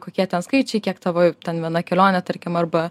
kokie ten skaičiai kiek tavo ten viena kelionė tarkim arba